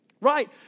right